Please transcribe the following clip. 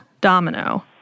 Domino